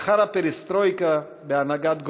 לאחר ה"פרסטרויקה" בהנהגת גורבצ'וב,